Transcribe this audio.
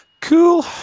Cool